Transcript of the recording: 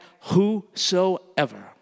whosoever